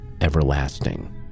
everlasting